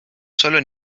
solo